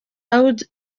house